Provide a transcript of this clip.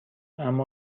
اما